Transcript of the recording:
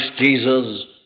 Jesus